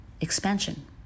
expansion